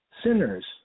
sinners